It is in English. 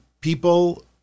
people